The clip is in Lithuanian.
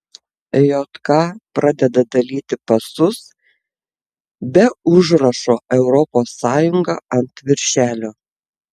jk pradeda dalyti pasus be užrašo europos sąjunga ant viršelio